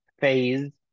phase